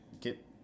get